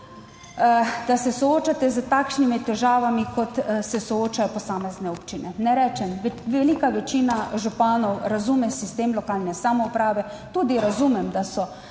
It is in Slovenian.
da se soočate s takšnimi težavami kot se soočajo posamezne občine. Ne rečem, velika večina županov razume sistem lokalne samouprave, tudi razumem, da so